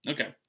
Okay